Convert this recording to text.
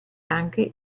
anche